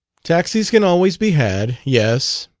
taxis can always be had. yes,